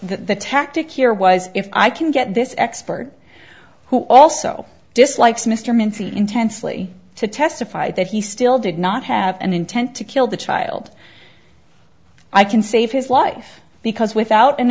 the tactic here was if i can get this expert who also dislikes mr mincy intensely to testify that he still did not have an intent to kill the child i can save his life because without an